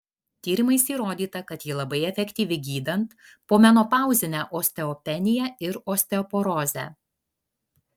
tyrimais įrodyta kad ji labai efektyvi gydant pomenopauzinę osteopeniją ir osteoporozę